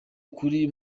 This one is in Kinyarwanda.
kuri